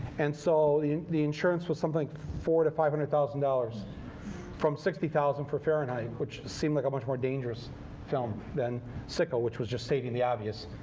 and so the the insurance was something like four to five hundred thousand dollars from sixty thousand for fahrenheit, which seemed like a much more dangerous film than sicko, which was just stating the obvious,